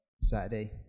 Saturday